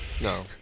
No